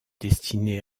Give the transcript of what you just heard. destinés